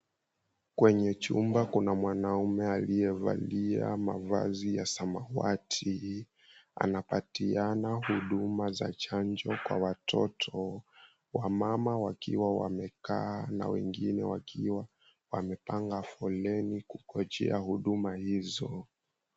Kwenye chumba kuna mwanaume aliyevalia mavazi ya samawati. Anapatiana huduma za chanjo kwa watoto, wamama wakiwa wamekaa na wengine wakiwa wamepanga foleni kugojea huduma hizo.